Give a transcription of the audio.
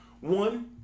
one